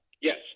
Yes